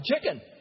chicken